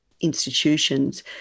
institutions